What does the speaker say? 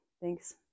thanks